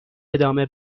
ادامه